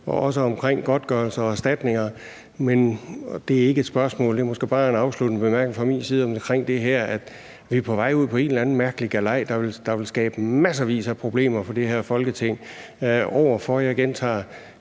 også omkring godtgørelse og erstatninger. Det er ikke et spørgsmål, men måske bare en afsluttende bemærkning fra min side omkring det her, nemlig at vi er på vej ud på en eller anden mærkelig galej, der vil skabe massevis af problemer for det her Folketing – over for, jeg gentager,